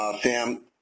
Sam